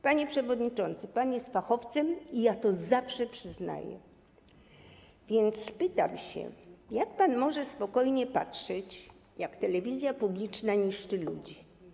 Panie przewodniczący, pan jest fachowcem i ja to zawsze przyznaję, więc pytam, jak pan może spokojnie patrzeć, gdy telewizja publiczna niszczy ludzi.